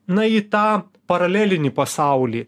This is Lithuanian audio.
na į tą paralelinį pasaulį